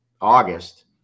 August